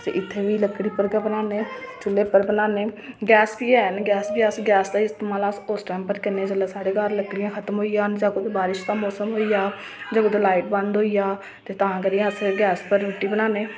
ते इत्थै बी लकड़ी पर बनाने चु'ल्ले पर बनाने गैस बी ऐ गैस दा बी अस इस्तेमाल उस टाईम पर करने जिस टाईम साढ़े घर लकड़ियां खत्म होई जाह्न जां कुदै बारिश दा मौसम होई जा जां कुदै लाईट बंद होई जा ते तां करियै अस गैस पर रुट्टी बनाने